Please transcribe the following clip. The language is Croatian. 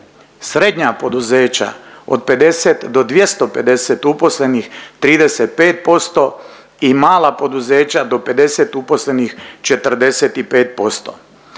srednja poduzeća od 50 do 250 uposlenih 35% i mala poduzeća do 50 uposlenih 45%.